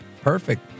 Perfect